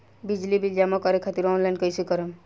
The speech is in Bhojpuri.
बिजली बिल जमा करे खातिर आनलाइन कइसे करम?